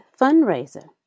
fundraiser